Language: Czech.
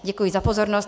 Děkuji za pozornost.